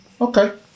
Okay